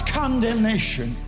condemnation